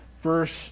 verse